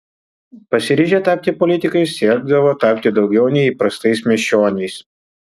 pasiryžę tapti politikais siekdavo tapti daugiau nei įprastais miesčioniais